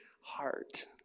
heart